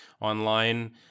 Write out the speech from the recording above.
online